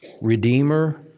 redeemer